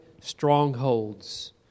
strongholds